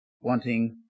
wanting